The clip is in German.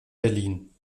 berlin